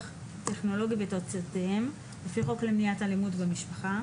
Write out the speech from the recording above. טכנולוגי ותוצאותיהם לפי חוק למניעת אלימות במשפחה,